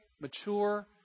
mature